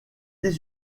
dix